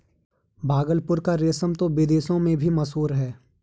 भागलपुर का रेशम तो विदेशों में भी मशहूर है